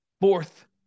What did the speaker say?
Fourth